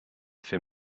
fait